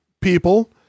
people